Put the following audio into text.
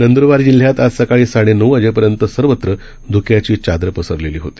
नंदुरबार जिल्ह्यात आज सकाळी साडेनऊ वाजेपर्यंत सर्वत्र धुक्याची चादर पसरलेली होती